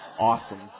awesome